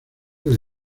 del